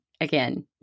again